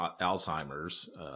alzheimer's